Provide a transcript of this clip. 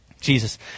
Jesus